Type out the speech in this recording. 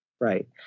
right